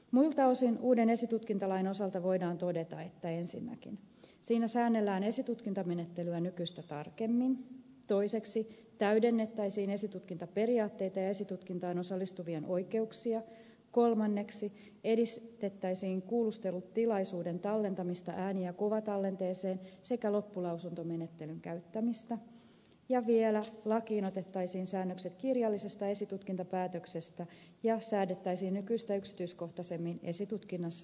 muilta osin uuden esitutkintalain osalta voidaan todeta että ensinnäkin siinä säännellään esitutkintamenettelyä nykyistä tarkemmin toiseksi täydennettäisiin esitutkintaperiaatteita ja esitutkintaan osallistuvien oikeuksia kolmanneksi edistettäisiin kuulustelutilaisuuden tallentamista ääni ja kuvatallenteeseen sekä loppulausuntomenettelyn käyttämistä ja vielä lakiin otettaisiin säännökset kirjallisesta esitutkintapäätöksestä ja säädettäisiin nykyistä yksityiskohtaisemmin esitutkinnassa tiedottamisesta